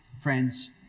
friends